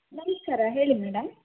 ನಮಸ್ಕಾರ ಹೇಳಿ ಮೇಡಮ್